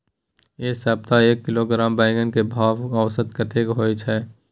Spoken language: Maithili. ऐ सप्ताह एक किलोग्राम बैंगन के भाव औसत कतेक होय छै?